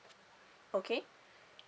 okay